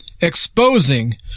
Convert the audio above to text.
exposing